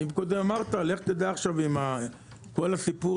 ואם קודם אמרת לך תדע עכשיו אם כל הסיפור